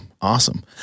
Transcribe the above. Awesome